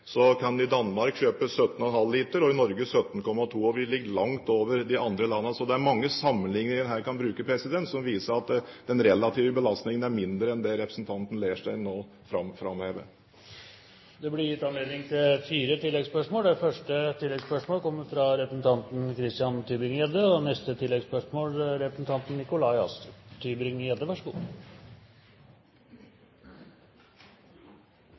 så kan en i Danmark kjøpe 17,5 liter og i Norge 17,2, og vi ligger langt over de andre landene. Så det er mange sammenligninger en her kan bruke som viser at den relative belastningen er mindre enn det representanten Leirstein nå framhever. Det blir gitt anledning til fire oppfølgingsspørsmål – først Christian Tybring-Gjedde. Det var interessante bortforklaringer fra finansministeren. Men sannheten er uansett, og